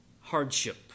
hardship